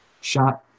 shot